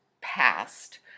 past